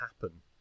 happen